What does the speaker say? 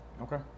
Okay